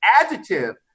adjective